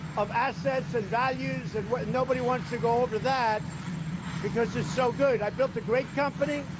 of assets and values and nobody wants to go over that because it's so good. i built a great company,